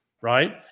right